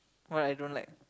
why I don't like